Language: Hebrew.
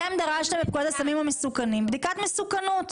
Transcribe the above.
אתם דרשתם בדיקת מסוכנות